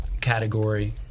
category